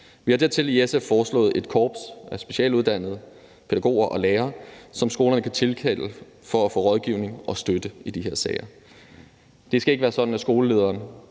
i SF dertil foreslået et korps af specialuddannelse pædagoger og lærere, som skolerne kan tilkalde for at få rådgivning og støtte i de her sager. Det skal ikke være sådan, at skolelederen